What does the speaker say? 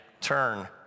turn